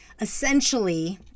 essentially